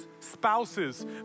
Spouses